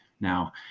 Now